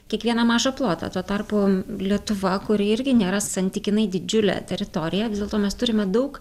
kiekvieną mažą plotą tuo tarpu lietuva kuri irgi nėra santykinai didžiulė teritorija vis dėlto mes turime daug